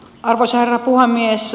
arvoisa herra puhemies